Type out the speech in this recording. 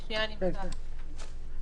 8,000. מלכיאלי,